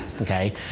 okay